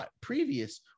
previous